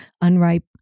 unripe